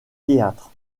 théâtres